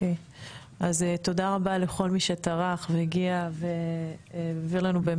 אז תודה רבה לכל מי שטרח והגיע והעביר לנו.